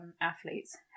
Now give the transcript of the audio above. athletes